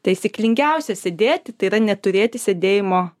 taisyklingiausia sėdėti tai yra neturėti sėdėjimo